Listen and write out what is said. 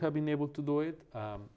have been able to do it